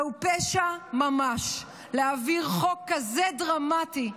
זהו פשע ממש להעביר חוק כזה דרמטי,